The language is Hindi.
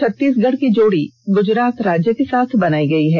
छत्तीसगढ़ की जोड़ी गुजरात राज्य के साथ बनाई गई है